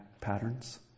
patterns